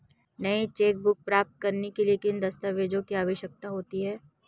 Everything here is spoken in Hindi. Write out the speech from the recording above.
नई चेकबुक प्राप्त करने के लिए किन दस्तावेज़ों की आवश्यकता होती है?